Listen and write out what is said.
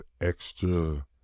extra